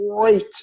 great